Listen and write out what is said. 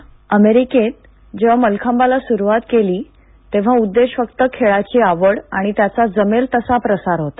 ध्वनी अमेरिकेत जेव्हा मल्लखाबला सुरुवात केली तेव्हा उद्देश फक्त खेळाची आवड आणि त्यांचा जमेल तसा प्रसार होता